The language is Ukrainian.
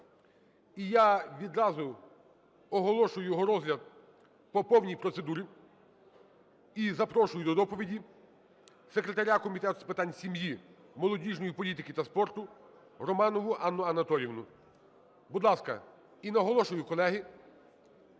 І я відразу оголошую його розгляд по повній процедурі. І запрошую до доповіді секретаря Комітету з питань сім'ї, молодіжної політики та спорту Романову Анну Анатоліївну, будь ласка. І наголошую, колеги,